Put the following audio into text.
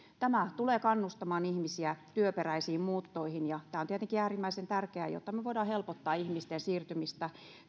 tämä tulee kannustamaan ihmisiä työperäisiin muuttoihin tämä on tietenkin äärimmäisen tärkeää jotta me voimme helpottaa ihmisten siirtymistä